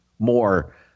more